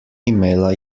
imela